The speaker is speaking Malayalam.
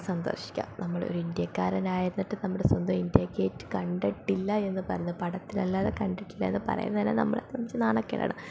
സന്ദർശിക്കുക നമ്മളൊരു ഇന്ത്യക്കാരനായിരുന്നിട്ടു നമ്മുടെ സ്വന്തം ഇന്ത്യ ഗേറ്റ് കണ്ടിട്ടില്ല എന്നു പറയുന്നതു പടത്തിലല്ലാതെ കണ്ടിട്ടില്ല എന്നു പറയുന്നതു തന്നെ നമ്മളെക്കുറിച്ചു നാണക്കേടാണ്